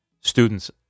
students